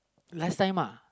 last time uh